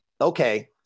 Okay